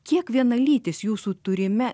kiek vienalytis jūsų turime